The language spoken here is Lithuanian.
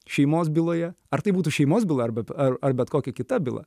šeimos byloje ar tai būtų šeimos byla arba ar ar bet kokia kita byla